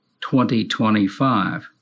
2025